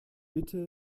bitte